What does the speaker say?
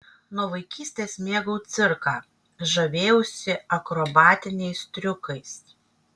nuo vaikystės mėgau cirką žavėjausi akrobatiniais triukais